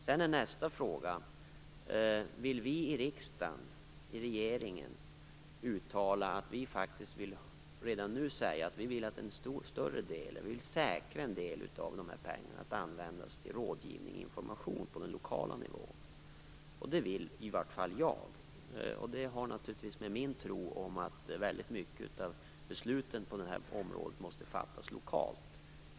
Vill vi, för det andra, från regeringen redan nu uttala att vi vill försäkra oss om att en större del av de här pengarna används till rådgivning och information på den lokala nivån? Det vill i vart fall jag. Det bygger på min tro att väldigt mycket av besluten på det här området måste fattas lokalt.